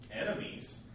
enemies